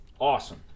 awesome